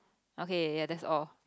okay ya that's all